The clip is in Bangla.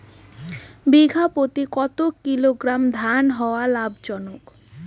বিঘা প্রতি কতো কিলোগ্রাম ধান হওয়া লাভজনক?